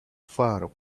far